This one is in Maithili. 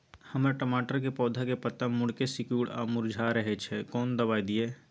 हमर टमाटर के पौधा के पत्ता मुड़के सिकुर आर मुरझाय रहै छै, कोन दबाय दिये?